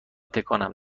تکانم